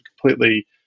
completely